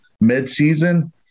mid-season